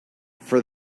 for